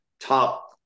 top